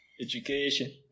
Education